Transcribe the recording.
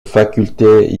facultés